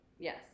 Yes